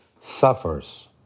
suffers